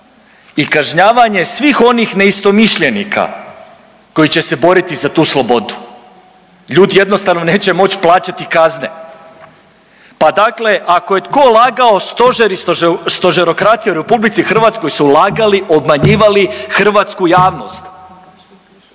i kažnjavanje svih onih neistomišljenika koji će se boriti za tu slobodu. Ljudi jednostavno neće moći plaćati kazne. Pa dakle ako je tko lagao stožer i stožerokracija u RH su lagali, obmanjivali hrvatsku javnost.